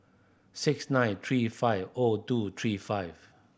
six nine three five O two three five